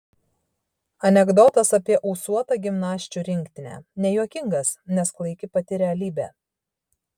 anekdotas apie ūsuotą gimnasčių rinktinę nejuokingas nes klaiki pati realybė